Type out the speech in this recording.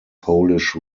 polish